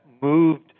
moved